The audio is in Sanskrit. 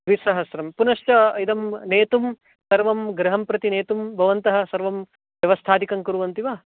द्विसहस्रं पुनश्च इदं नेतुं सर्वं गृहं प्रति नेतुं भवन्तः सर्वं व्यवस्थादिकं कुर्वन्ति वा